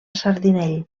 sardinell